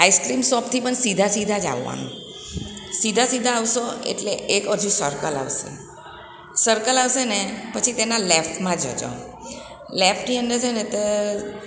ice cream શોપથી પણ સીધા સીધા જ આવવાનું સીધા સીધા આવશો એટલે એક હજુ સર્કલ આવશે સર્કલ આવશે ને પછી તેના લેફ્ટમાં જજો લેફ્ટની અંદર છે ને તે